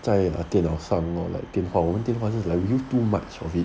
在 err 电脑上 lor like 电话我们电话是 like we use too much of it